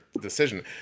decision